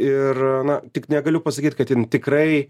ir na tik negaliu pasakyt kad jin tikrai